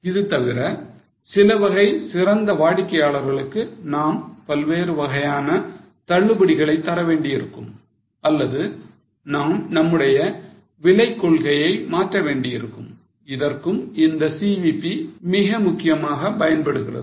இது தவிர சில வகை சிறந்த வாடிக்கையாளர்களுக்கு நாம் பல்வேறு வகையான தள்ளுபடிகளை தர வேண்டியிருக்கும் அல்லது நாம் நம்முடைய விலை கொள்கையை மாற்ற வேண்டியிருக்கும் இதற்கும் இந்த CVP மிக முக்கியமாக பயன்படுகிறது